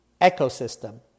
ecosystem